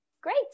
Great